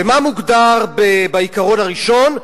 ומה מוגדר בעיקרון הראשון?